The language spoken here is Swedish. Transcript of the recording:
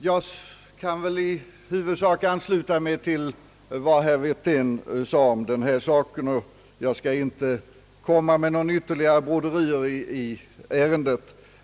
Jag kan väl i huvudsak ansluta mig till vad herr Wirtén anfört i denna fråga och skall därför inte komma med några ytterligare broderier i ärendet.